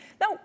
Now